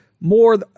more